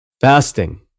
Fasting